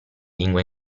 lingua